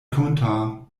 kommentar